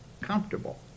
Comfortable